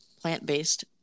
plant-based